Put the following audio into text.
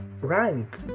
rank